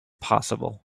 possible